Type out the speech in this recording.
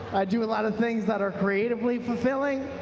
i do a lot of things that are creatively fulfilling.